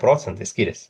procentai skiriasi